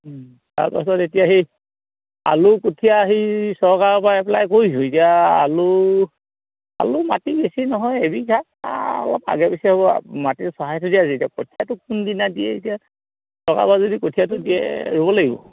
তাৰপাছত এতিয়া সেই আলু কঠীয়া সেই চৰকাৰৰ পৰা এপ্লাই কৰিছো এতিয়া আলু আলু মাটি বেছি নহয় এবিঘাত অলপ আগে পিছে হ'ব মাটিটো চহাই কঠিয়াটো কোনদিনা দিয়ে এতিয়া চৰকাৰৰ পৰা যদি কঠিয়াটো দিয়ে ৰুব লাগিব